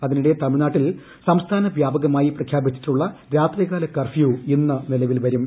അതിനിടെ തമിഴ്നാട്ടിൽ സംസ്ഥാന വ്യാപകമായി പ്രഖ്യാപിച്ചിട്ടുള്ള രാത്രികാല കർഫ്യൂ ഇന്ന് നിലവിൽ വരും